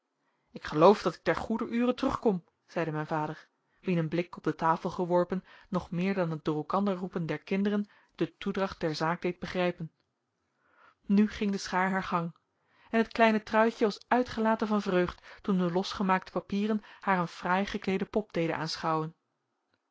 ik geloof dat ik ter goeder ure terugkom zeide mijn vader wien een blik op de tafel geworpen nog meer dan het door elkander roepen der kinderen de toedracht der zaak deed begrijpen nu ging de schaar haar gang en het kleine truitje was uitgelaten van vreugd toen de losgemaakte papieren haar een fraai gekleeden pop deden aanschouwen